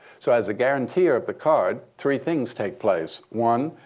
so as a guarantee-er of the card, three things take place. one,